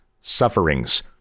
sufferings